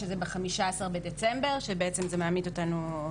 שזה ב-15 בדצמבר וזה בעצם מעמיד אותנו,